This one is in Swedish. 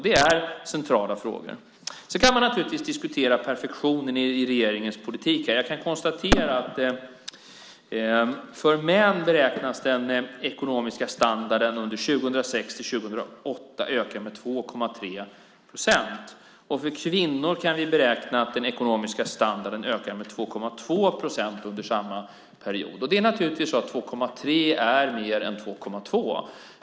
Det är centrala frågor. Sedan kan man naturligtvis diskutera perfektionen i regeringens politik. Jag kan konstatera att den ekonomiska standarden för män under 2006-2008 beräknas öka med 2,3 procent. För kvinnor beräknas den ekonomiska standarden öka med 2,2 procent under samma period. Det är naturligtvis så att 2,3 är mer än 2,2.